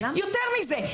יותר מזה,